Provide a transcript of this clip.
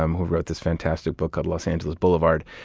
um who wrote this fantastic book called los angeles boulevard,